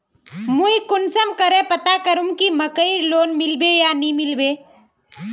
मुई कुंसम करे पता करूम की मकईर लोन मिलबे या नी मिलबे?